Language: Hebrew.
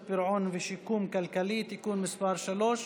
פירעון ושיקום כלכלי (תיקון מס' 3)